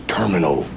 terminal